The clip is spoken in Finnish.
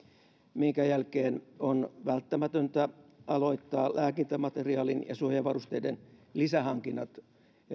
minkä jälkeen on välttämätöntä aloittaa lääkintämateriaalin ja suojavarusteiden lisähankinnat